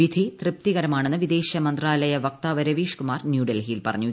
വിധി തൃപ്തികരമാണെന്ന് വിദേശ മന്ത്രാലയ വക്താവ് രവീഷ്കുമാർ ന്യൂഡൽഹിയിൽ പറഞ്ഞു